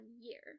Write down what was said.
year